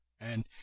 and